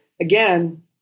again